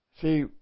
See